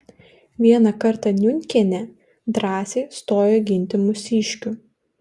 vieną kartą niunkienė drąsiai stojo ginti mūsiškių